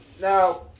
Now